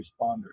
responders